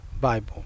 Bible